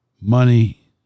Money